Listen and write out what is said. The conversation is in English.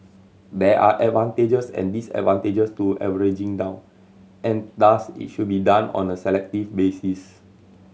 there are advantages and disadvantages to averaging down and thus it should be done on a selective basis